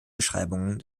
beschreibungen